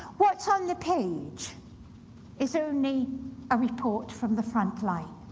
what's on the page is only a report from the front line.